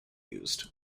used